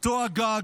אותו אגג,